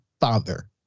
father